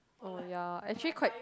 oh ya actually quite